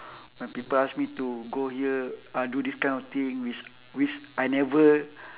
when people ask me to go here ah do this kind of thing which which I never